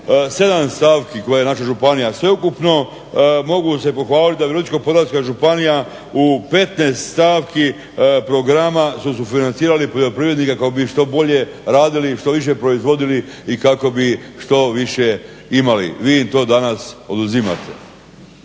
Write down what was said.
sedam stavki koje je naša županija sveukupno mogu se pohvaliti da Virovitičko-podravska županija u petnaest stavki programa su sufinancirali poljoprivrednike kako bi ih što bolje radili, i što više proizvodili, i kako bi što više imali. Vi im to danas oduzimate.